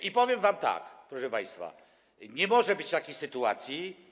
I powiem wam tak, proszę państwa: nie może być takiej sytuacji.